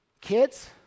Kids